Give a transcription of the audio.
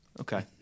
Okay